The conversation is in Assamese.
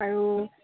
আৰু